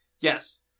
Yes